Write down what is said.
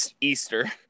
Easter